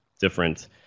different